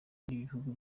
n’ibihugu